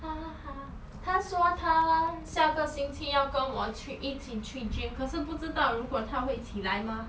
她说她下个星期要跟我去一起去 gym 可是不知道如果她会起来吗